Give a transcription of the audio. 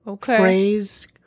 Phrase